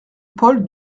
paul